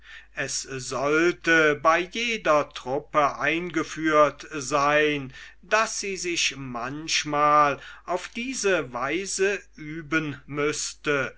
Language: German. es sollte bei jeder truppe eingeführt sein daß sie sich manchmal auf diese weise üben müßte